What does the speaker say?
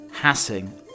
Hassing